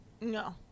No